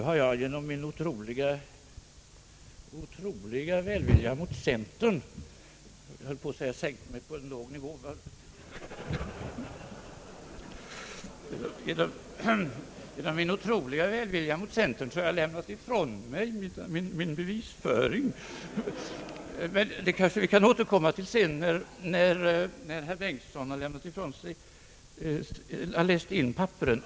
Herr talman! Nu har jag genom min otroliga välvilja mot centern lämnat ifrån mig min bevisföring. Men vi kanske kan återkomma till saken senare när herr Bengtsson har läst in mina papper.